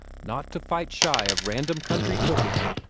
not to fight shy of random country cooking.